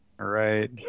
Right